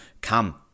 come